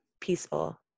peaceful